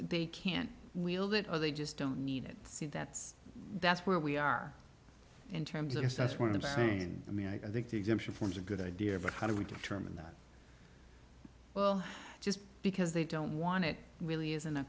they can wield it or they just don't need it see that's that's where we are in terms of yes that's what i'm saying i mean i think the exemption forms a good idea but how do we determine that well just because they don't want it really isn't a